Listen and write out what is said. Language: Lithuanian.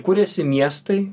kūrėsi miestai